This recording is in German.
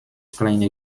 kleine